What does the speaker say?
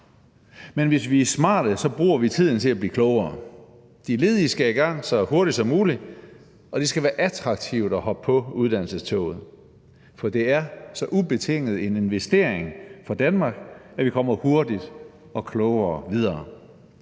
men hvis vi er smarte, bruger vi tiden til at blive klogere. De ledige skal i gang så hurtigt som muligt, og det skal være attraktivt at hoppe på uddannelsestoget, for det er så ubetinget en investering for Danmark, at vi kommer hurtigt og klogere videre.